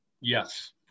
Yes